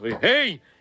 Hey